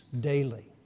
daily